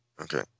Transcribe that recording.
okay